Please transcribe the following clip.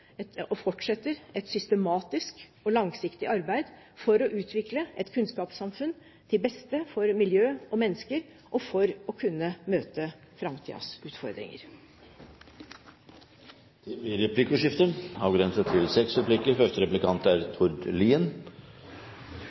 et systematisk og langsiktig arbeid for å utvikle et kunnskapssamfunn til beste for miljø og mennesker og for å kunne møte framtidas utfordringer. Det blir replikkordskifte. Jeg noterer meg at statsråden er